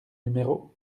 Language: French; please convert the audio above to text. numéro